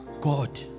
God